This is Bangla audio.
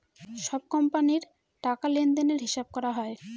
সব কোম্পানির টাকা লেনদেনের হিসাব করা হয়